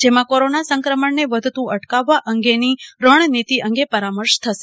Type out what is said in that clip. જેમાં કોરોના સંક્રમણને વધતું અટકાવવા અંગેની રણનીતિ અંગે પરામર્શ થશે